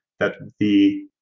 that the